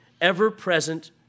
ever-present